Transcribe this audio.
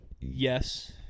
Yes